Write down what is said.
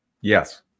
Yes